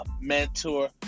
mentor